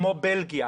כמו בלגיה,